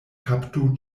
kaptu